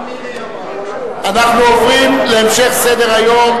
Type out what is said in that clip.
אנחנו עוברים להמשך סדר-היום.